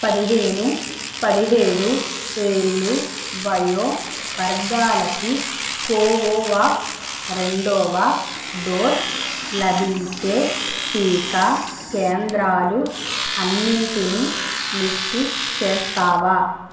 పదిహేను పదిహేడు ఏళ్లు వయో వర్గాలకి కోవోవాక్స్ రెండవ డోసు లభించే టికా కేంద్రాలు అన్నిటినీ లిస్టు చేస్తావా